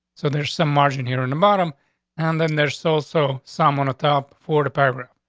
so there's some margin here in the bottom and then there's so so someone atop for the paper.